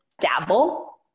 dabble